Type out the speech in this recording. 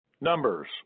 numbers